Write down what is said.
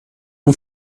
اون